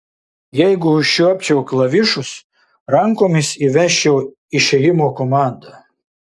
jeigu užčiuopčiau klavišus rankomis įvesčiau išėjimo komandą